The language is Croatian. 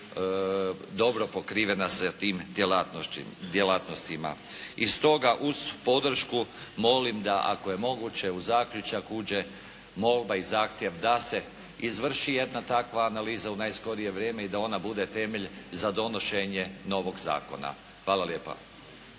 dobro pokrivena sa tim djelatnostima. I stoga uz podršku molim da ako je moguće u zaključak uđe molba i zahtjev da se izvrši jedna takva analiza u najskorije vrijeme i da ona bude temelj za donošenje novog zakona. Hvala lijepa.